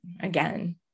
again